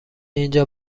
اینجا